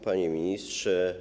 Panie Ministrze!